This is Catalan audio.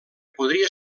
podria